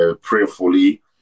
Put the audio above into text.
prayerfully